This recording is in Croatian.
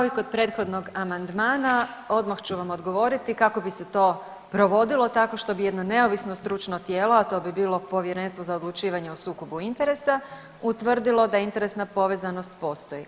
Kao i kod prethodnog amandmana odmah ću vam odgovoriti kako bi se to provodilo tako što bi jedno neovisno stručno tijelo, a to bi bilo Povjerenstvo za odlučivanje o sukobu interesa utvrdilo da interesna povezanost postoji.